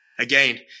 Again